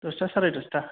दसथा साराय दसथा